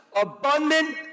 abundant